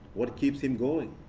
what keeps him going?